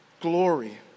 glory